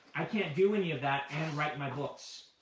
i can't do any of that and write my books.